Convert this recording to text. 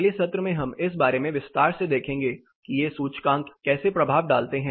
अगले सत्र में हम इस बारे में विस्तार से देखेंगे कि ये सूचकांक कैसे प्रभाव डालते है